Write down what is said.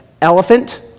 elephant